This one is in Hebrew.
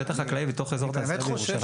שטח חקלאי בתוך אזור תעשייה בירושלים?